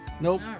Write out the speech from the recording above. Nope